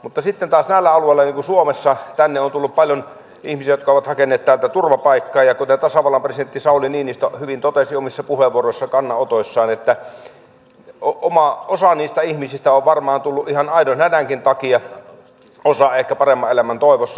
mutta sitten taas näillä alueilla niin kuin suomessa tänne on tullut paljon ihmisiä jotka ovat hakeneet täältä turvapaikkaa ja kuten tasavallan presidentti sauli niinistö hyvin totesi omissa puheenvuoroissaan ja kannanotoissaan osa niistä ihmisistä on varmaan tullut ihan aidon hädänkin takia osa ehkä paremman elämän toivossa